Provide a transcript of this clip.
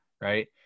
right